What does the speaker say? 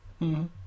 -hmm